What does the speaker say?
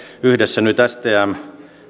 yhdessä nyt stm